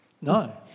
No